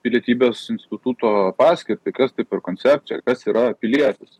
pilietybės instituto paskirtį kas tai per koncepcija kas yra pilietis